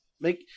make